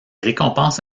récompenses